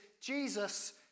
Jesus